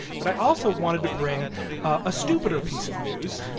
but i also wanted to bring a stupider piece of news